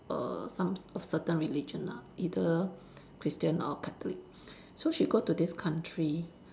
a some a certain religion lah either Christian or Catholic so she go to this country